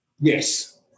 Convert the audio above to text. yes